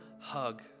hug